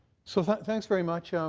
so thanks very much. um